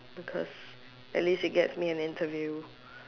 because at least it gets me an interview